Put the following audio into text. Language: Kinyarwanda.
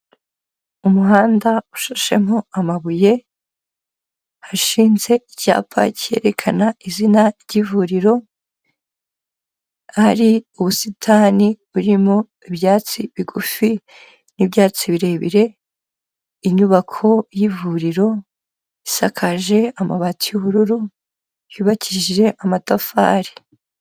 Umuhanda ushashemo amabuye, hashinze icyapa cyerekana izina ry'ivuriro, hari ubusitani buririmo ibyatsi bigufi n'ibyatsi birebire, inyubako y'ivuriro isakaje amabati y'ubururu yubakishije amatafari.